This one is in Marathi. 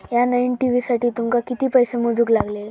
या नईन टी.व्ही साठी तुमका किती पैसे मोजूक लागले?